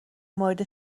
مورد